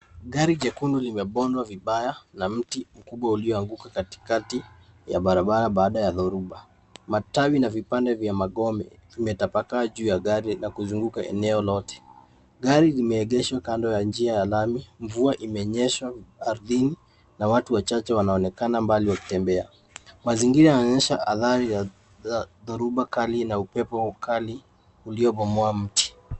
Gari jekundu limebondwa vibaya na mti mkubwa ulioanguka katikati ya barabara baada ya dhoruba. Matawi na vipande vya magome vimetapaka juu ya gari na kuzunguka eneo lote. Gari limeegeshwa kando ya njia ya lami. Mvua imenyesha ardhini na watu wachache wanaonekana mbali wakitembea. Mazingira yanaonyesha athari ya dhoruba kali na upepo mkali uliobomoa miti.